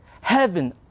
Heaven